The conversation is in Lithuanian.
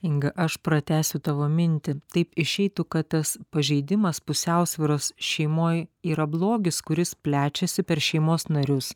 inga aš pratęsiu tavo mintį taip išeitų kad tas pažeidimas pusiausvyros šeimoj yra blogis kuris plečiasi per šeimos narius